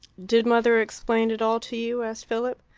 did mother explain it all to you? asked philip.